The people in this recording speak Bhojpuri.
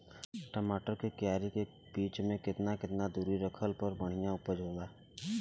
टमाटर के क्यारी के बीच मे केतना केतना दूरी रखला पर बढ़िया उपज होई?